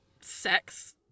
sex